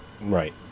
Right